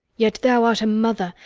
yet thou art a mother,